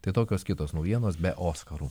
tai tokios kitos naujienos be oskarų